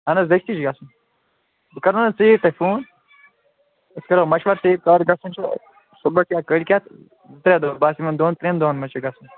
اَہَن حظ دٔستی چھِ گژھُن بہٕ کَر نہٕ حظ ژیٖرۍ تۄہہِ فون أسۍ کَرو مَشوَر تہٕ یہِ کَر گژھُن چھُ صُبَحس یا کٲلۍکٮ۪تھ زٕ ترٛےٚ دۄہ بَس یِمَن دۄن ترٛٮ۪ن دۄہَن منٛز چھُ گژھُن